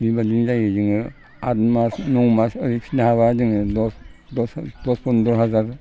बेबादिनो जायो जोङो आतमास नौमास ओरै फिसिनो हाबा जोङो दस फन्द्र हाजार